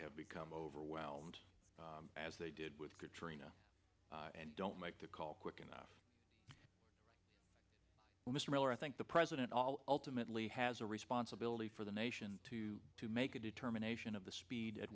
have become overwhelmed as they did with katrina and don't make the call quick enough when mr miller i think the president all ultimately has a responsibility for the nation to to make a determination of the speed at